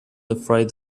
afraid